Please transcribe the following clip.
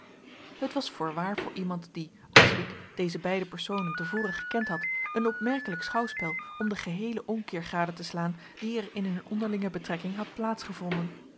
het was voorwaar voor iemand die als ik deze beide personen te voren gekend had een opmerkelijk schouwspel om den geheelen omkeer gade te slaan die er in hun onderlinge betrekking had